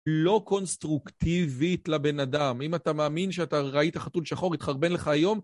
לא קונסטרוקטיבית לבן אדם, אם אתה מאמין שאתה ראית חתול שחור, התחרבן לך היום.